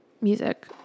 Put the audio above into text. music